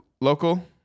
local